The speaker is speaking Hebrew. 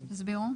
תסבירו.